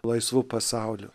laisvu pasauliu